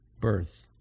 birth